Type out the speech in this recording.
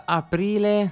aprile